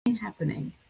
happening